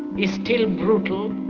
is still brutal,